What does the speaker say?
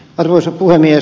arvoisa puhemies